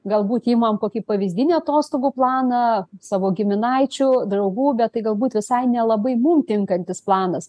galbūt imam kokį pavyzdinį atostogų planą savo giminaičių draugų bet tai galbūt visai nelabai mum tinkantis planas